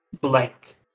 blank